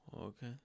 okay